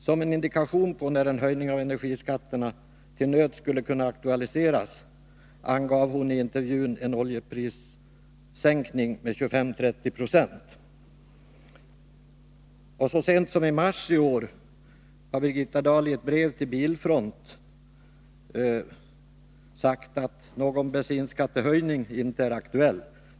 Som en indikation på när en höjning av energiskatterna till nöds skulle kunna aktualiseras angav hon i intervjun det tillfälle då oljepriserna kunde komma att sänkas med 25-30 96. Så sent som i mars i år har Birgitta Dahli ett brev till Bilfront sagt att någon bensinskattehöjning inte är aktuell.